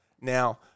Now